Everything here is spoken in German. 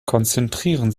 konzentrieren